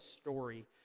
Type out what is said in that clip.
story